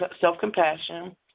self-compassion